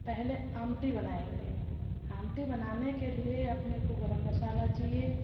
पहले आमती बनाएंगे आमती बनाने के लिए अपने को गर्म मसाला चाहिए